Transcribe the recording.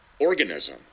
organism